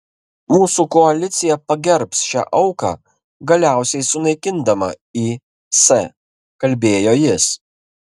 mūsų koalicija pagerbs šią auką galiausiai sunaikindama is kalbėjo jis